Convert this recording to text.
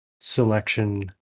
selection